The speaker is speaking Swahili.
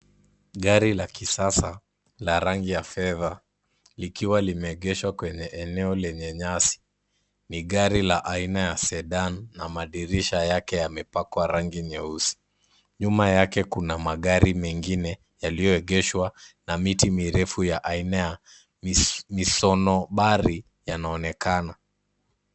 Gari la kisasa la rangi ya fedha likiwa limeegeshwa kwenye eneo lenye nyasi. Ni gari la aina ya Sedan na madirisha yake yamepakwa rangi nyeusi. Nyuma yake kuna magari mengine yaliyoegeshwa na miti mirefu ya aina ya misonobari yanaonekana.